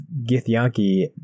Githyanki